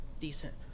decent